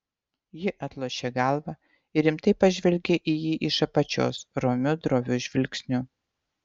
ji atlošė galvą ir rimtai pažvelgė į jį iš apačios romiu droviu žvilgsniu